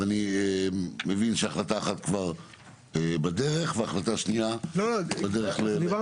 אז אני מבין שהחלטה אחת כבר בדרך והחלטה שנייה בדרך --- דיברנו